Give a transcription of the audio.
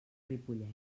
ripollès